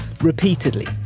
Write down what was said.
repeatedly